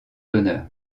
d’honneur